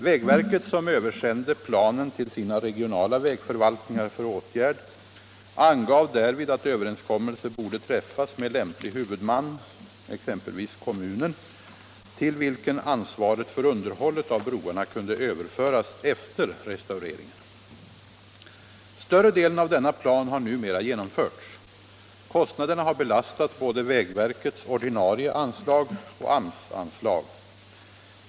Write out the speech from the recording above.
Vägverket, som översände planen till sina regionala vägförvaltningar för åtgärd, angav därvid att överenskommelse borde träffas med lämplig huvudman, exempelvis kommunen, till vilken ansvaret för underhållet av broarna kunde överföras efter restaureringen. Större delen av denna plan har numera genomförts. Kostnaderna har belastat både vägverkets ordinarie anslag och AMS-anslag.